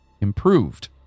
improved